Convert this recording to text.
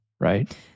Right